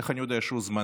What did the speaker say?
איך אני יודע שהוא זמני?